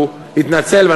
שהוא התנצל עליה,